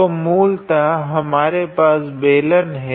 तो मूलतः हमारे पास बेलन है